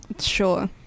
Sure